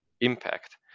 impact